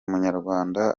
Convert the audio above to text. munyarwanda